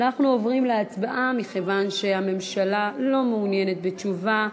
אנחנו עוברים להצבעה מכיוון שהממשלה לא מעוניינת בתשובה.